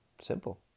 Simple